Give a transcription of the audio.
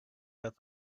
that